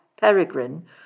Peregrine